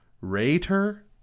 rater